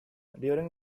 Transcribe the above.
during